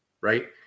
right